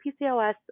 PCOS